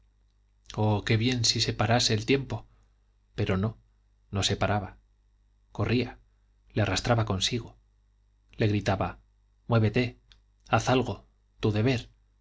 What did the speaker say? oh qué bien si se parase el tiempo pero no no se paraba corría le arrastraba consigo le gritaba muévete haz algo tu deber